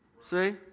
See